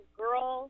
girl